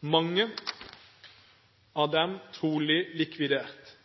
mange av dem trolig likvidert,